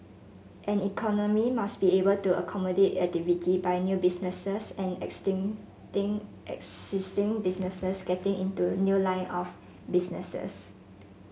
an economy must be able to accommodate activity by new businesses and existing businesses getting into new lines of businesses